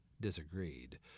disagreed